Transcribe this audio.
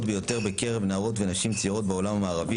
ביותר קרב נערות ונשים צעירות בעולם המערבי.